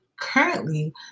currently